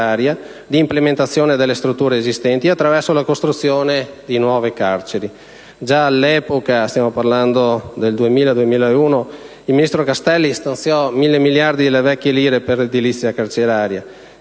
di implementazione delle strutture esistenti, attraverso la costruzione di nuove carceri. Già all'epoca, negli anni 2000-2001, il ministro Castelli stanziò mille miliardi di vecchie lire per 1'edilizia carceraria